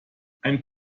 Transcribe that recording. ein